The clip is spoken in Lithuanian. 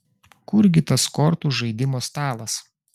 kur gi tas kortų žaidimo stalas